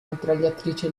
mitragliatrice